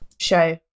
show